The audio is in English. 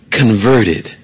converted